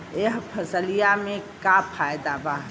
यह फसलिया में का फायदा बा?